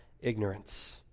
ignorance